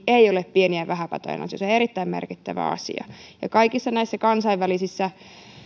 ei ole pieni ja vähäpätöinen asia se on erittäin merkittävä asia kaikissa näissä kansainvälisissä